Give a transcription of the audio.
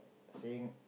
saying